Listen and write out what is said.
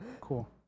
cool